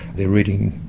they're reading